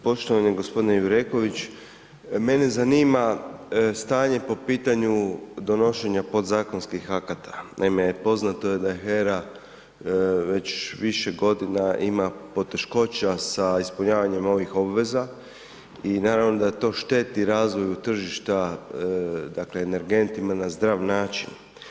Poštovani gospodine Jureković mene zanima stanje po pitanju donošenja podzakonskih akata, naime poznato je da je HERA već više godina ima poteškoća sa ispunjavanjem ovih obveza i naravno da to šteti razvoju tržišta, dakle energentima na zdrav način.